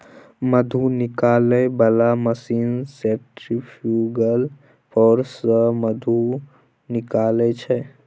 मधु निकालै बला machine centrifugal force सँ मधु निकालै छै